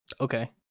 okay